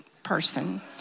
person